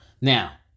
now